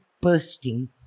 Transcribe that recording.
bursting